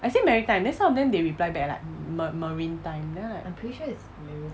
I say maritime then some of them they reply back leh ma~ ma~ marine time then I'm like